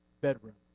bedroom